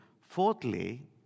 Fourthly